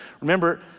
Remember